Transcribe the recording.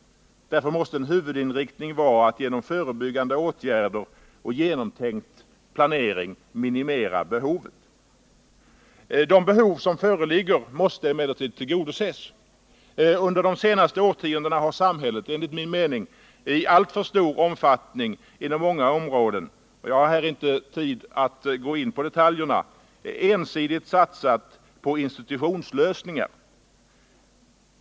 Därför måste en huvudinriktning vara att genom förebyggande åtgärder och genomtänkt planering minimera behovet. De behov som föreligger måste emellertid tillgodoses. Under de senaste årtiondena har samhället, enligt min mening, på många områden i alltför stor omfattning, jag har här inte tid att gå in på detaljerna, ensidigt satsat på institutionslösningar.